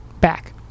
back